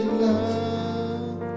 love